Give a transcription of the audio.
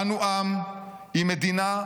אנו עַם עִם מדינה,